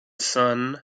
son